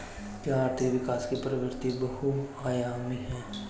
क्या आर्थिक विकास की प्रवृति बहुआयामी है?